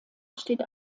steht